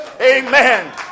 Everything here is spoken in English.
Amen